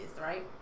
right